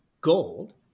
gold